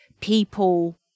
people